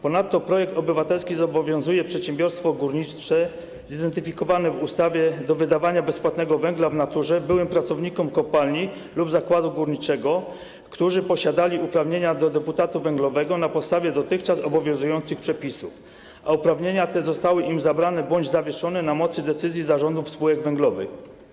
Ponadto projekt obywatelski zobowiązuje przedsiębiorstwo górnicze zidentyfikowane w ustawie do wydawania bezpłatnego węgla w naturze byłym pracownikom kopalni lub zakładu górniczego, którzy posiadali uprawnienia do deputatu węglowego na podstawie dotychczas obowiązujących przepisów, a uprawnienia te zostały im zabrane bądź zawieszone na mocy decyzji zarządów spółek węglowych.